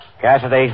Cassidy